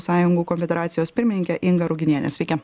sąjungų konfederacijos pirmininke inga ruginiene sveiki